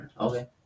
Okay